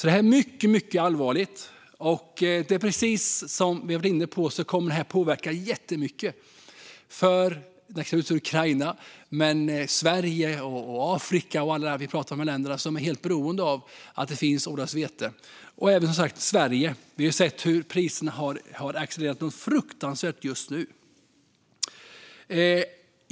Det är mycket allvarligt och kommer att påverka jättemycket, naturligtvis för Ukraina men även för Sverige, Afrika och alla länder som är helt beroende av att det odlas vete. Vi ser i Sverige hur priserna accelererar något fruktansvärt just nu.